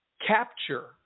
capture